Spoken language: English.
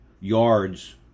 yards